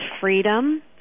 freedom